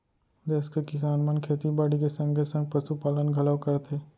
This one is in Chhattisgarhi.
देस के किसान मन खेती बाड़ी के संगे संग पसु पालन घलौ करथे